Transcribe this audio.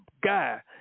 guy